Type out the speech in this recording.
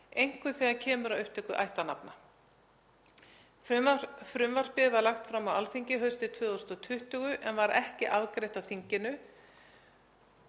einkum þegar kemur að upptöku ættarnafna. Frumvarpið var lagt fram á Alþingi haustið 2020 en var ekki afgreitt á þinginu.